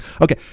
okay